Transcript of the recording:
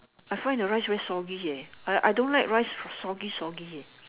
I find the rice very soggy eh I I don't like rice soggy soggy eh